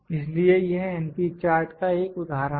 इसलिए यह np chart का एक उदाहरण है